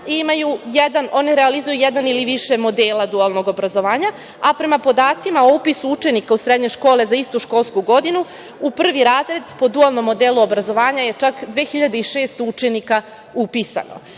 i one realizuju jedan ili više modela dualnog obrazovanja, a prema podacima o upisu učenika u srednje škole za istu školsku godinu, u prvi razred po dualnom modelu obrazovanja je čak 2600 učenika upisano.